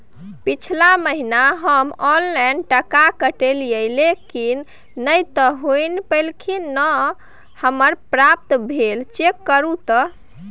पिछला महीना हम ऑनलाइन टका कटैलिये लेकिन नय त हुनी पैलखिन न हमरा प्राप्त भेल, चेक करू त?